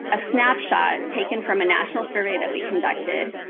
a snapshot taken from a national survey that we conducted.